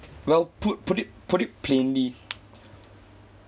well put put it put it plainly